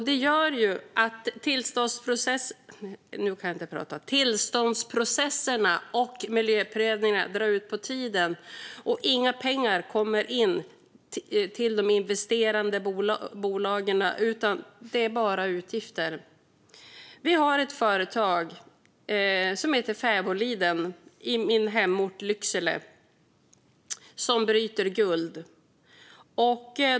Det gör att tillståndsprocesserna och miljöprövningarna drar ut på tiden, och inga pengar kommer in till de investerande bolagen utan det är bara fråga om utgifter. Företaget Fäbodliden finns i min hemort Lycksele och bryter guld.